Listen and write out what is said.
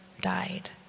died